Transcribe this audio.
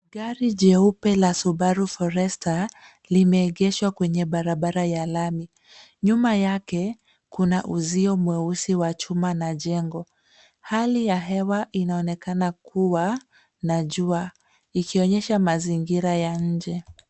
Gari jeupe la Subaru forester limeegeshwa kwenye barabara ya lami, nyuma yake kuna uzio mweusi wa chuma na jengo, hali ya hewa inaonekana kuwa na jua ikionyesha mazingira ya nje.